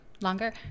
Longer